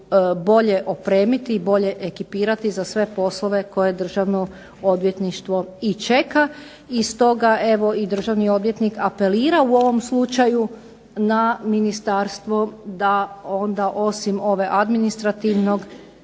bolje opremiti i bolje ekipirati za sve poslove koje Državno odvjetništvo i čeka. I stoga državni odvjetnik apelira u ovom slučaju na ministarstvo da onda osim ovog administrativnog